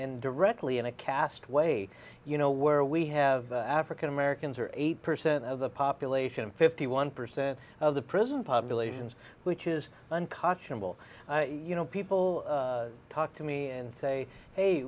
directly in a cast way you know where we have african americans or eight percent of the population fifty one percent of the prison populations which is unconscionable you know people talk to me and say hey